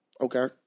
Okay